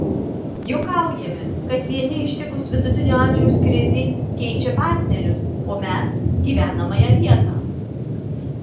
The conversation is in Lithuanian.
juokaujame kad vieni ištikus vidutinio amžiaus krizei keičia partnerius o mes gyvenamąją vietą